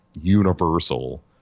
universal